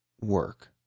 work